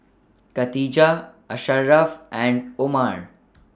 Katijah Asharaff and Omar